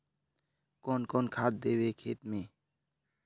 कौन कौन खाद देवे खेत में?